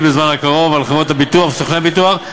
בזמן הקרוב על חברות הביטוח וסוכני הביטוח,